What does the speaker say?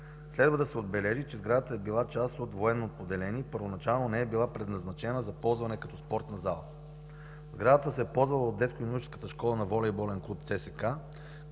Следва да се отбележи, че сградата е била част от военно поделение и първоначално не е била предназначена за ползване като спортна зала. Сградата се е ползвала от детско-юношеската школа на волейболен клуб ЦСКА,